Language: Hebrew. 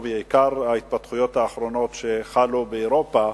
בעיקר ההתפתחויות האחרונות שחלו באירופה,